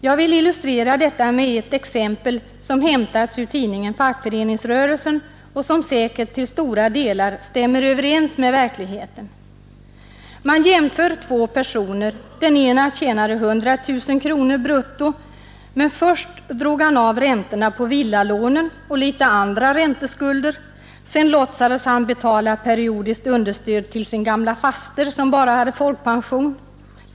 Jag vill illustrera detta med ett exempel som hämtats ur tidningen Fackföreningsrörelsen och som säkert till stora delar stämmer med verkligheten. Man jämför två personer. Den ena tjänade 100 000 kronor brutto. Först drog han av räntorna på villalånen och litet andra ränteskulder. Sedan låtsades han betala periodiskt understöd till sin gamla faster som bara hade folkpension.